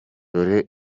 dore